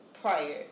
prior